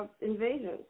Invasion